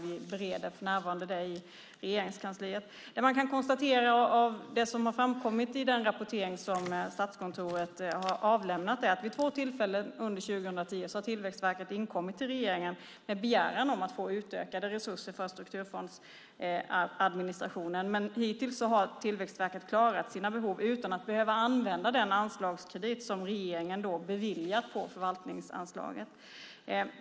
Vi bereder det för närvarande i Regeringskansliet. Av det som har framkommit i den rapportering som Statskontoret har avlämnat kan man konstatera att vid två tillfällen under 2010 har Tillväxtverket inkommit till regeringen med en begäran om att få utökade resurser för strukturfondsadministrationen, men hittills har Tillväxtverket klarat sina behov utan att behöva använda den anslagskredit som regeringen då beviljat på förvaltningsanslaget.